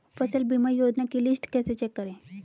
फसल बीमा योजना की लिस्ट कैसे चेक करें?